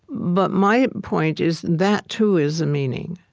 but my point is, that too is a meaning.